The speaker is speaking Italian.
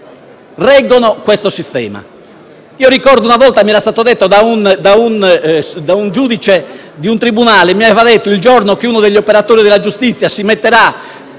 reggono questo sistema.